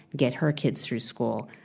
get her kids through school.